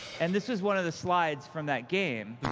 and this was one of the slides from that game.